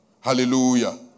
Hallelujah